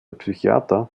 psychiater